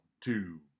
two